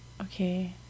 Okay